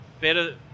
better